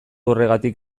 horregatik